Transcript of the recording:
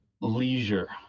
Leisure